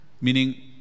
meaning